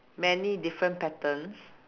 many different patterns